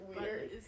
weird